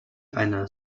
eine